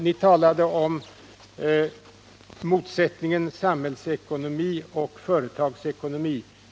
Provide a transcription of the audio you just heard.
Ni talade om motsättningen mellan samhällsekonomi och företagsekonomi.